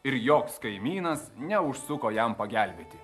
ir joks kaimynas neužsuko jam pagelbėti